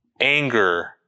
Anger